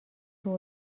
دور